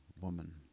woman